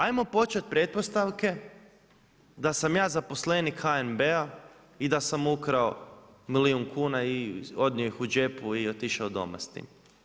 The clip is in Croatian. Ajmo početi pretpostavke da sam ja zaposlenik HNB-a i da sam ukrao milijun kuna i odnio ih u džepu i otišao doma s tim.